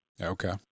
Okay